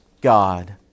God